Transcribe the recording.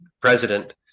president